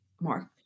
Mark